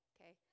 okay